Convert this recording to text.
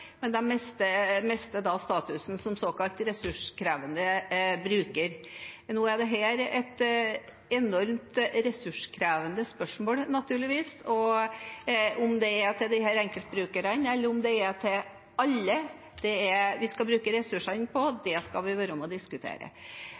men de mister da statusen som såkalte ressurskrevende brukere. Nå er dette et enormt ressurskrevende spørsmål, naturligvis, og om det er disse enkeltbrukerne, eller om det er alle vi skal bruke ressursene på,